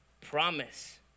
promise